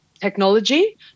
technology